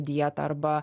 dieta arba